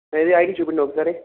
ఏదీ ఐడి చూపియ్యండి ఒకసారి